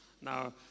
now